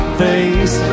face